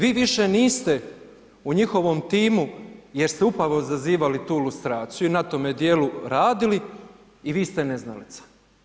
Vi više niste u njihovom timu, jer ste upravo zazivali tu lustraciju i na tome dijelu radili i vi ste neznalica.